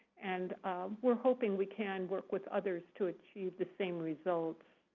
and we're hoping we can work with others to achieve the same results.